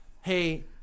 hey